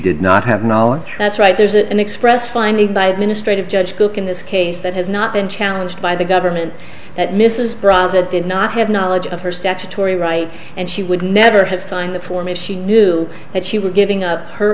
did not have knowledge that's right there's an expressed finding by the ministry of judge cook in this case that has not been challenged by the government that mrs brown is it did not have knowledge of her statutory right and she would never have signed the form if she knew that she was giving up her